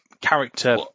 character